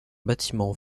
bâtiment